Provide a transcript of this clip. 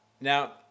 Now